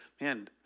man